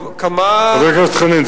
חבר הכנסת חנין,